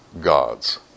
God's